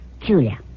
Julia